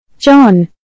John